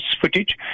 footage